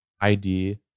ID